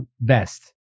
best